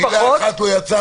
מילה אחת לא יצאה,